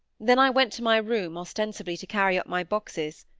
then i went to my room, ostensibly to carry up my boxes.